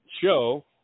show